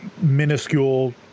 minuscule